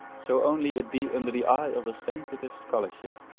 so only it be under the eye of a sensitive scholarship